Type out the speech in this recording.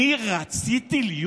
אני רציתי להיות?